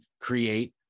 create